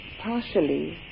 partially